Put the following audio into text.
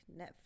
Netflix